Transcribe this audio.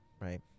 right